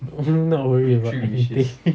not worry about anything